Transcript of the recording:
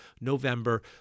November